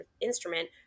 instrument